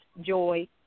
joy